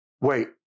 wait